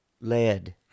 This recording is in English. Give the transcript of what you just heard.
lead